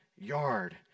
yard